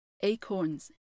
acorns